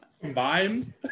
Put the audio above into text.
Combined